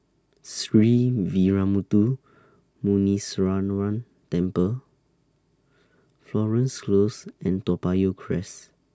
Sree Veeramuthu Muneeswaran Temple Florence Close and Toa Payoh Crest